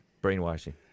brainwashing